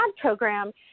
program